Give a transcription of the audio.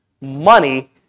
Money